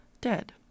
dead